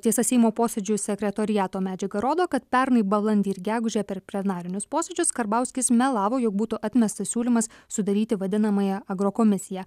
tiesa seimo posėdžių sekretoriato medžiaga rodo kad pernai balandį ir gegužę per plenarinius posėdžius karbauskis melavo jog būtų atmestas siūlymas sudaryti vadinamąją agro komisiją